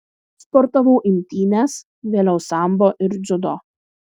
sportavau imtynes vėliau sambo ir dziudo